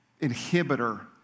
inhibitor